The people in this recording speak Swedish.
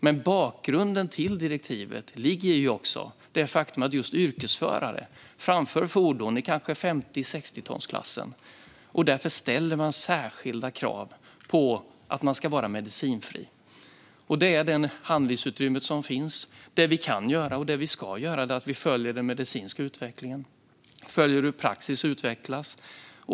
Men bakgrunden till direktivet är det faktum att just yrkesförare framför fordon i 50-60-tonsklassen. Därför ställer man särskilda krav på att dessa personer ska vara medicinfria. Det är det handlingsutrymme som finns. Det som vi kan och ska göra är att följa den medicinska utvecklingen och att följa hur praxis utvecklas.